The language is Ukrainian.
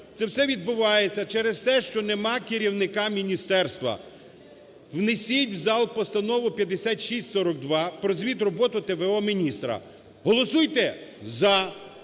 Це все відбувається через те, що немає керівника міністерства. Внесіть в зал Постанову 5642 про звіт роботи т.в.о. міністра. Голосуйте "за",